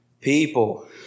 People